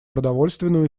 продовольственную